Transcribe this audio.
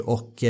Och